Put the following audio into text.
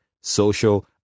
social